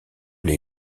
les